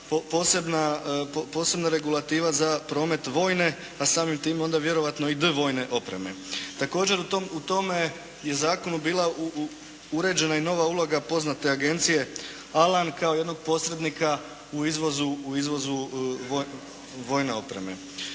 posebna regulativa za promet vojne, a samim tim onda vjerojatno i dvojne opreme. Također u tome je zakonu bila uređena i nova uloga poznate Agencije "Alan" kao jednog posrednika u izvozu vojne opreme.